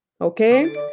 Okay